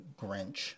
grinch